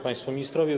Państwo Ministrowie!